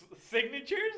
Signatures